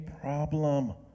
problem